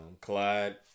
Clyde